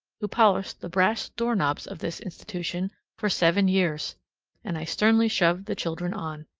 who polished the brass doorknobs of this institution for seven years and i sternly shove the children on.